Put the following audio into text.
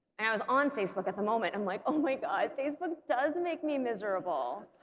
and i was on facebook at the moment i'm like oh my god facebook does make me miserable.